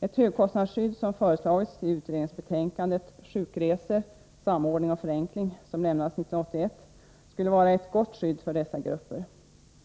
Ett högkostnadsskydd, som föreslagits i utredningsbetänkandet Sjukresor-samordning och förenkling, som lämnades 1981, skulle vara ett gott skydd för dessa grupper.